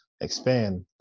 expand